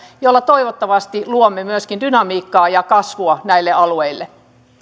millä toivottavasti luomme myöskin dynamiikkaa ja kasvua näille alueille